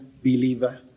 believer